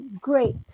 great